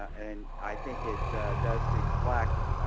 and i think it does reflect